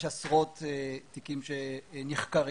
יש עשרות תיקים שנחקרים.